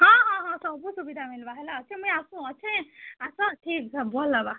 ହଁ ହଁ ହଁ ସବୁ ସୁବିଧା ମିଲ୍ବା ହେଲା ଅଛେ ମୁଇଁ ଆସୁନ୍ ଅଛେ ଆସ ଠିକ୍ ଭଲ୍ ହେବା